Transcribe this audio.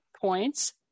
points